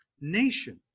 Nation